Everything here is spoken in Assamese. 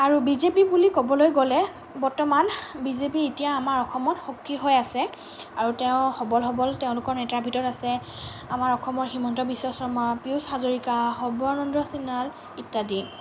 আৰু বি জে পি বুলি ক'বলৈ গ'লে বৰ্তমান বি জে পি এতিয়া আমাৰ অসমত সক্ৰিয় হৈ আছে আৰু তেওঁৰ সবল সবল তেওঁলোকৰ নেতাৰ ভিতৰত আছে আমাৰ অসমৰ হিমন্ত বিশ্ব চৰ্মা পিয়ুচ হাজৰিকা সৰ্বানন্দ সোণোৱাল ইত্যাদি